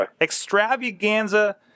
extravaganza